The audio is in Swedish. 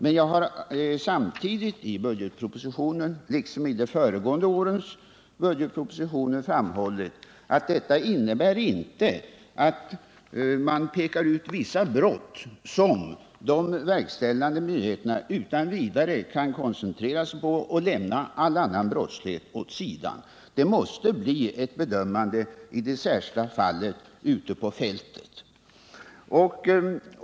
Men jag har i budgetpropositionen liksom i de föregående årens budgetpropositioner samtidigt framhållit att detta inte innebär att man pekar ut vissa brott, på vilka de verkställande myndigheterna utan vidare kan koncentrera sig och därvid lämna all annan brottslighet åt sidan. Det måste bli ett bedömande av det särskilda fallet ute på fältet.